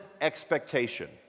expectation